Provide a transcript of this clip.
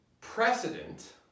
precedent